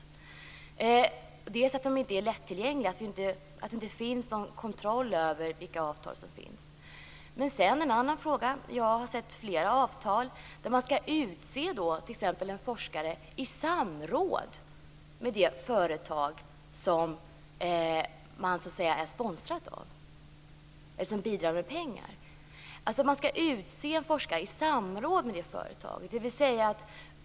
Men det är inte bara det att avtalen inte är lättillgängliga och att det inte finns någon kontroll över vilka avtal som finns; jag har också sett flera avtal om att man skall utse t.ex. en forskare i samråd med det företag som man är sponsrad av.